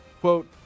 quote